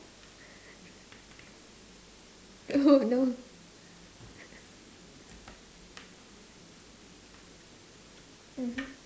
oh no